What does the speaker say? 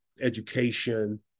education